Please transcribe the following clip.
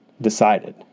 Decided